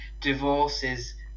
divorces